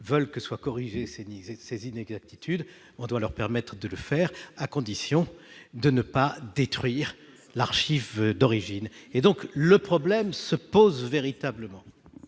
veulent que soient corrigées sanisettes ces inexactitudes, on doit leur permettre de le faire à condition. De ne pas détruire l'archive d'origine et donc le problème se pose véritablement.